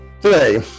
Today